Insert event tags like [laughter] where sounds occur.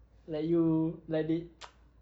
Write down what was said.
like you like it [noise]